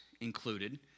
included